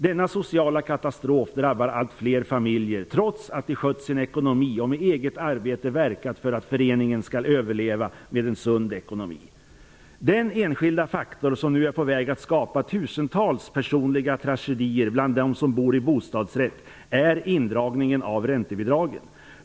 Denna sociala katastrof drabbar allt fler familjer, trots att de skött sin ekonomi och med eget arbete verkat för att föreningen skall överleva med en sund ekonomi. Den enskilda faktor som nu är på väg att skapa tusentals personliga tragedier bland dem som bor i bostadsrätt är indragningen av räntebidragen.